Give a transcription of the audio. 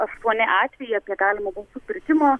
aštuoni atvejai apie galimą balsų pirkimą